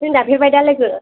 नों दाफेरबायदा लोगो